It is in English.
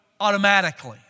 automatically